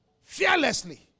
Fearlessly